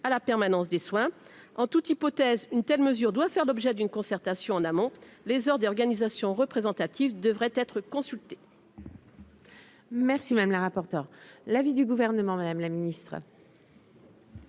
à la permanence des soins en toute hypothèse, une telle mesure doit faire l'objet d'une concertation en amont les heures d'organisations représentatives devraient être consultés.